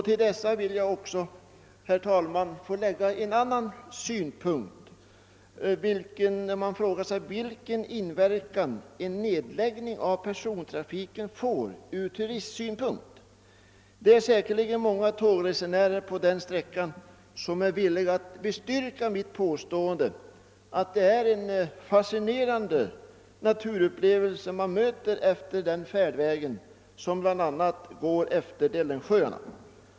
Till dessa vill jag också, herr talman, få lägga en annan synpunkt: Vilken inverkan får en nedläggning av persontrafiken på turismen? Det är säkerligen många tågresenärer på denna sträcka som är villiga att bestyrka mitt påstående, att det är en fascinerande natur man upplever efter denna färdväg, som bl.a. går längs Dellensjöarna.